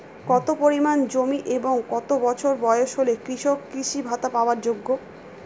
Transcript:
কত পরিমাণ জমি এবং কত বছর বয়স হলে কৃষক কৃষি ভাতা পাওয়ার যোগ্য?